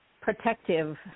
protective